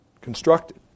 Constructed